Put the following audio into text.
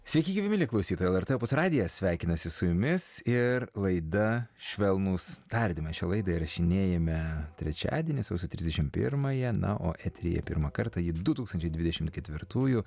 sveiki gyvi mieli klausytojai lrt opus radijas sveikinasi su jumis ir laida švelnūs tardymai šią laidą įrašinėjame trečiadienį sausio trisdešim pirmąją na o eteryje pirmą kartą ji du tūkstančiai dvidešimt ketvirtųjų